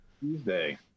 Tuesday